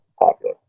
popular